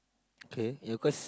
okay yeah cause